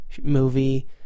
movie